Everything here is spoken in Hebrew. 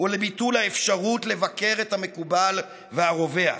ולביטול האפשרות לבקר את המקובל והרווח.